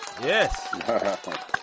Yes